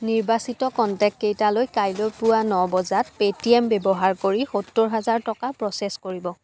নিৰ্বাচিত কনটেক্টকেইটালৈ কাইলৈ পুৱা ন বজাত পে' টি এম ব্যৱহাৰ কৰি সত্তৰ হাজাৰ টকা প্ৰ'চেছ কৰিব